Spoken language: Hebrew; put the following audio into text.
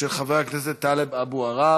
הצעה לסדר-היום מס' 3782 של חבר הכנסת טלב אבו עראר.